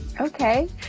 Okay